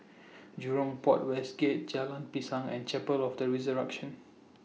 Jurong Port West Gate Jalan Pisang and Chapel of The Resurrection